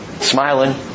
smiling